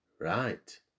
Right